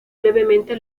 brevemente